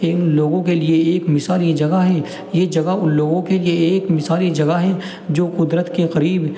ان لوگوں کے لیے ایک مثالی جگہ ہے یہ جگہ ان لوگوں کے لیے ایک مثالی جگہ ہے جو قدرت کے قریب